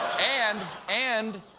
and, and,